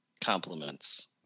compliments